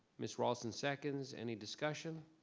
miss raulston seconds, any discussion?